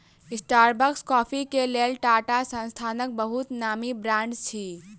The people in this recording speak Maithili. स्टारबक्स कॉफ़ी के लेल टाटा संस्थानक बहुत नामी ब्रांड अछि